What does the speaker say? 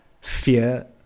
fear